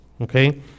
Okay